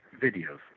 videos